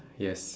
yes